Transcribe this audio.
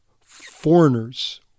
Foreigners